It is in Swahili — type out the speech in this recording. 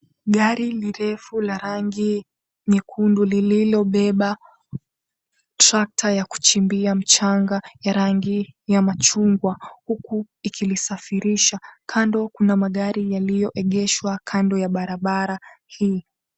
Gari lirefu la rangi nyekundu lililobeba tractor ya kuchimbia mchanga ya rangi ya machungwa huku ikilisafirisha. Kando kuna magari yaliyoegeshwa kando ya barabara hii.